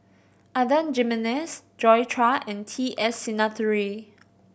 Adan Jimenez Joi Chua and T S Sinnathuray